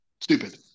stupid